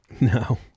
No